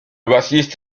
bassiste